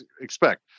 expect